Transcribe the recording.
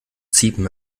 ziepen